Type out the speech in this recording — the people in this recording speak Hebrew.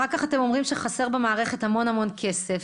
אחר כך אתם אומרים שחסר במערכת המון-המון כסף,